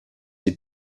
die